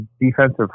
defensive